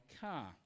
car